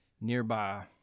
nearby